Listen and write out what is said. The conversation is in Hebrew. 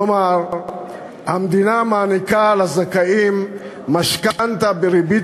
כלומר המדינה מעניקה לזכאים משכנתה בריבית